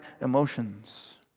emotions